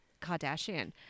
Kardashian